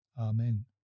Amen